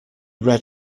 read